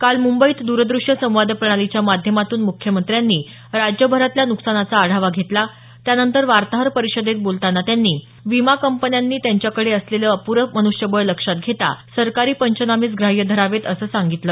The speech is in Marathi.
काल मुंबईत काल द्रदृष्यसंवाद प्रणालीच्या माध्यमातून मुख्यमंत्र्यांनी राज्यभरातल्या नुकसानाचा आढावा घेतला त्यानंतर वार्ताहर परिषदेत बोलताना मुख्यमंत्र्यांनी विमा कंपन्यांनी त्यांच्याकडे असलेलं अप्रं मनुष्यबळ लक्षात घेता सरकारी पंचनामेच ग्राह्य धरावेत असं सांगितलं